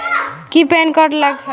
की PAN card लग तै?